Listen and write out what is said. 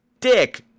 dick